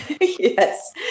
Yes